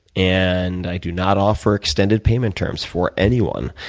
and i do not offer extended payment terms for anyone.